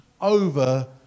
over